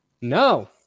No